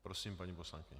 Prosím paní poslankyni.